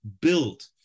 build